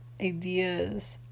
ideas